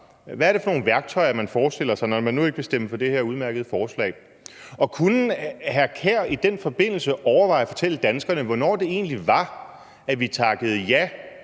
Hvad er det for nogle værktøjer, man forestiller sig, når man nu ikke vil stemme for det her udmærkede forslag? Og kunne hr. Kasper Sand Kjær i den forbindelse overveje at fortælle danskerne, hvornår det egentlig var, at vi takkede ja